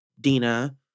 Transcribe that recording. Dina